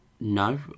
No